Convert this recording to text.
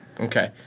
Okay